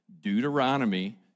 Deuteronomy